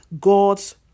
God's